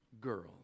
girl